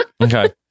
Okay